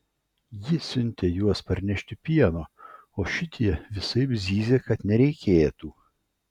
ji siuntė juos parnešti pieno o šitie visaip zyzė kad nereikėtų